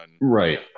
Right